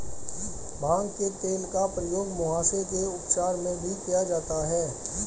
भांग के तेल का प्रयोग मुहासे के उपचार में भी किया जाता है